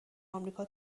آمریکا